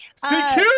CQ